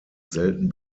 selten